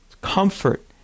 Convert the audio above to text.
Comfort